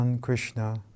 Krishna